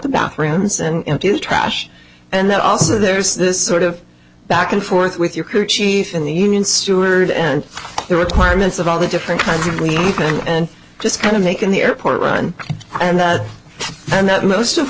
the bathrooms and to trash and that also there's this sort of back and forth with your crew chief and the union steward and the requirements of all the different kinds of people and just kind of making the airport run and that and that most of